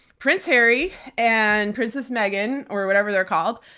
prince harry and princess meghan, or whatever they're called,